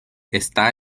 está